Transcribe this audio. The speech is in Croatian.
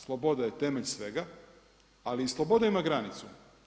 Sloboda je temelj svega, ali i sloboda ima granicu.